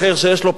שיש לו פחות,